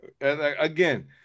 again